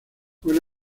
fue